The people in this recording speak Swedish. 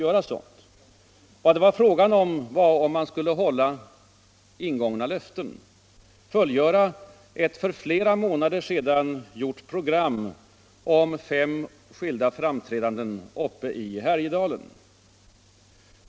Var det var fråga om var om man skulle hålla ingångna löften och fullfölja ett för flera månader sedan uppgjort program med fem skilda framträdanden uppe i Härjedalen.